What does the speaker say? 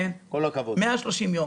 כן, 130 יום.